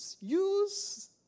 use